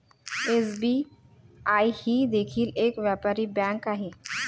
SBI ही देखील एक व्यापारी बँक आहे